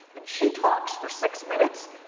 and she talks for six minutes,